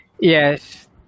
Yes